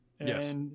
Yes